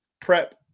prep